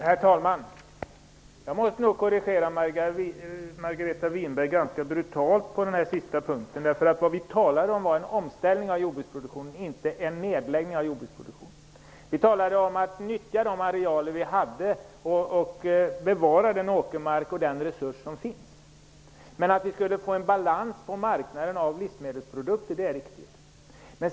Herr talman! Jag måste nog korrigera Margareta Winberg ganska brutalt när det gäller den sista punkten. Det vi talade om var en omställning av jordbruksproduktionen, inte en nedläggning. Vi talade om att nyttja de arealer som vi har och bevara den åkermark och den resurs som finns. Att vi skulle få en balans på marknaden av livsmedelsprodukter är riktigt.